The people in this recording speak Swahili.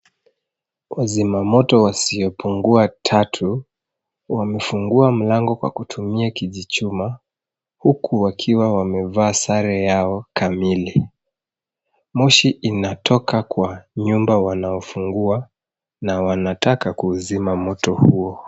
Wazima moto wasiopungua tatu wamefungua mlango kwa kutumia kijichuma huku wakiwa wamevaa sare yao kamili. Moshi inatoka kwa nyumba wanayofungua na wanataka kuzima moto huo.